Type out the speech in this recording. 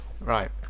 Right